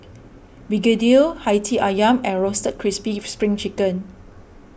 Begedil Hati Ayam and Roasted Crispy Spring Chicken